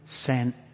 sent